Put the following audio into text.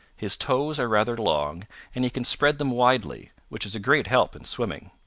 his toes are rather long and he can spread them widely, which is a great help in swimming.